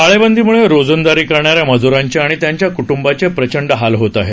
टाळेबंदीमुळे रोजंदारी करणाऱ्या मजुरांचे आणि त्यांच्या कुटुंबाचे प्रचंड हाल होत आहेत